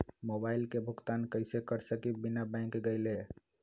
Mobile के भुगतान कईसे कर सकब बिना बैंक गईले?